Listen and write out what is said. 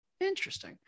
Interesting